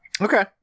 Okay